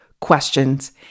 questions